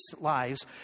lives